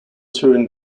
turin